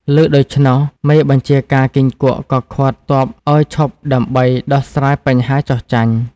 ឮដូច្នោះ មេបញ្ជាការគីង្គក់ក៏ឃាត់ទ័ពឱ្យឈប់ដើម្បីដោះស្រាយបញ្ហាចុះចាញ់។